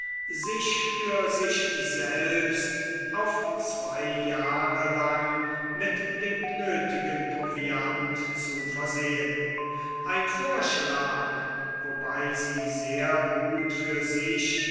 sich für sich selbst auf zwei jahre lang mit dem nöthigen proviant zu versehen ein vorschlag wobei sie sehr gut für sich